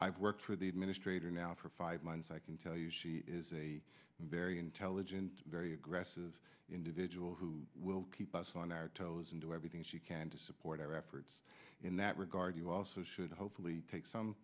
i've worked for the administrator now for five months i can tell you she is a very intelligent very aggressive individual who will keep us on our toes and do everything she can to support our efforts in that regard you also should hopefully take some